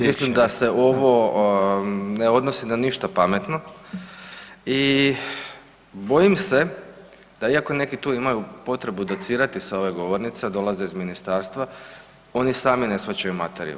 Mislim da se ovo ne odnosi na ništa pametno i bojim se da iako neki tu imaju potrebu docirati sa ove govornice, a dolaze iz Ministarstva, oni sami ne shvaćaju materiju.